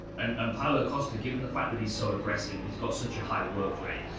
and um paulo costa, given the fact that he's so aggressive, and he's got such a high work-rate,